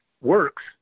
works